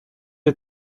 est